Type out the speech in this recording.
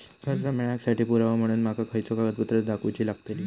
कर्जा मेळाक साठी पुरावो म्हणून माका खयचो कागदपत्र दाखवुची लागतली?